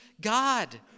God